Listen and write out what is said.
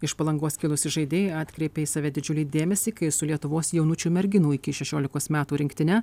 iš palangos kilusi žaidėja atkreipė į save didžiulį dėmesį kai su lietuvos jaunučių merginų iki šešiolikos metų rinktine